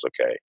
okay